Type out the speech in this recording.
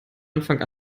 anfang